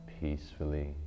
peacefully